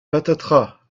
patatras